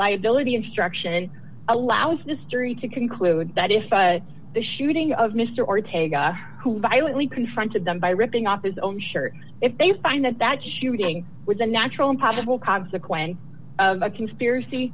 liability instruction allows mystery to conclude that if but the shooting of mr ortega who violently confronted them by ripping off his own shirt if they find that that shooting was a natural improbable consequence of a conspiracy